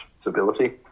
stability